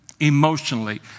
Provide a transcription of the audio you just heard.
emotionally